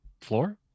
floor